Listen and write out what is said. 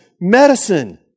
medicine